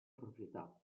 proprietà